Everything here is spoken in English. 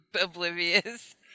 oblivious